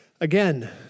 Again